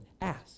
Ask